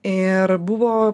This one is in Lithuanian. ir buvo